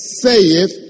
saith